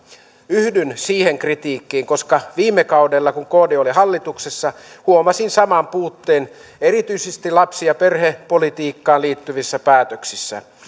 yhdyn siihen kritiikkiin koska viime kaudella kun kd oli hallituksessa huomasin saman puutteen erityisesti lapsi ja perhepolitiikkaan liittyvissä päätöksissä